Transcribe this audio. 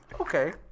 Okay